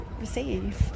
receive